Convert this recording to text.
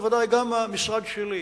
בוודאי גם המשרד שלי.